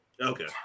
Okay